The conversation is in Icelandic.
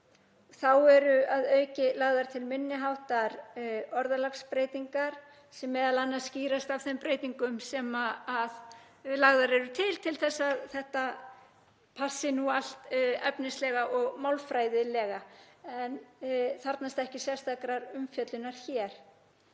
Þá eru að auki lagðar til minni háttar orðalagsbreytingar sem m.a. skýrast af þeim breytingum sem lagðar eru til, til þess að þetta passi nú allt efnislega og málfræðilega en þarfnast ekki sérstakrar umfjöllunar hér.